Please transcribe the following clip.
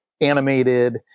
animated